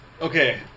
Okay